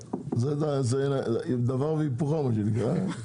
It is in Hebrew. דבר והיפוכו מה שנקרא.